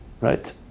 Right